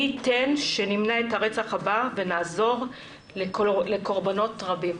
מי ייתן שנמנע את הרצח הבא ונעזור לקורבנות רבים.